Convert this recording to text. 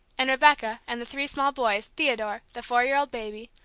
and rebecca and the three small boys theodore, the four-year-old baby,